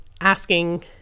asking